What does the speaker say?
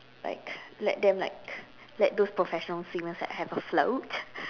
like let them like let those professional swimmers like have a float